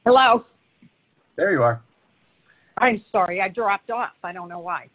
well out there you are i'm sorry i dropped off i don't know why